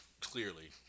clearly